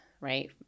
right